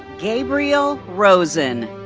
gabriel rosen.